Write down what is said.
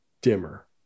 dimmer